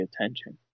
attention